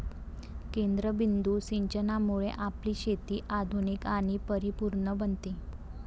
केंद्रबिंदू सिंचनामुळे आपली शेती आधुनिक आणि परिपूर्ण बनते